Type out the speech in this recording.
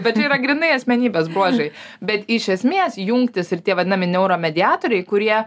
bet čia yra grynai asmenybės bruožai bet iš esmės jungtys ir tie vadinami neuromediatoriai kurie